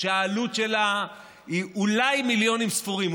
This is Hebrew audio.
שהעלות שלה היא אולי מיליונים ספורים,